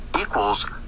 equals